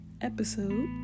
episode